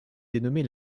dénommée